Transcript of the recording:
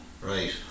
Right